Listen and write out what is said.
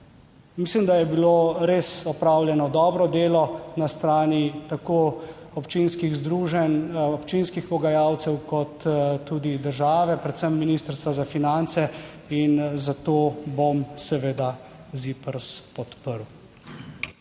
mislim, da je bilo res opravljeno dobro delo na strani tako občinskih združenj, občinskih pogajalcev, kot tudi države, predvsem Ministrstva za finance, zato bom seveda ZIPRS podprl.